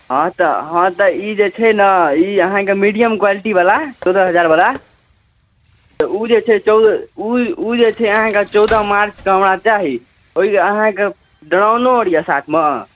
हँ तऽ हँ तऽ ई जे छै ने ई अहाँकेँ मीडियम क्वालिटीवला चौदह हजारवला तऽ ओ जे छै चौ ओ ओ जे ओ जे छै अहाँकेँ चौदह मार्चके हमरा चाही ओहिमे अहाँकेँ ड्रोनो अर यए साथमे